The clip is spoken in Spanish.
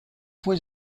fue